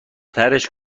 ترِش